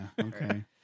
okay